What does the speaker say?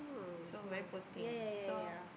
so very poor thing so